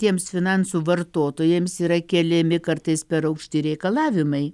tiems finansų vartotojams yra keliami kartais per aukšti reikalavimai